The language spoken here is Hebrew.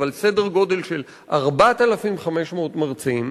אבל סדר-גודל של 4,500 מרצים.